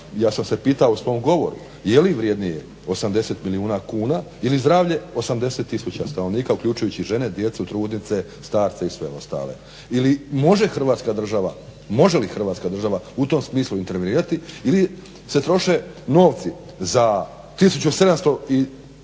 ja sam se pitao u svom govoru je li vrjednije 80 milijuna kuna ili zdravlje 80000 stanovnika, uključujući žene, djecu, trudnice, starce ili sve ostale. Ili može Hrvatska država, može li Hrvatska država u tom smislu intervenirati ili se troše novci za 1720